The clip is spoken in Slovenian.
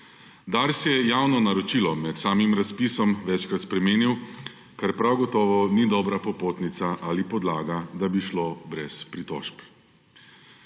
Dars je javno naročilo med samim razpisom večkrat spremenil, kar prav gotovo ni dobra popotnica ali podlaga, da bi šlo brez pritožb.